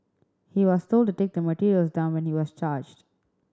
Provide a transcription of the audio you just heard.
he was told to take the materials down when he was charged